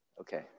Okay